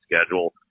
schedule